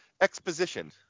Exposition